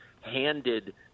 handed